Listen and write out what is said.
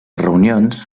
reunions